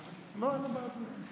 לא, אין לו בעיות.